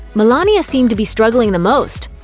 milania seemed to be struggling the most.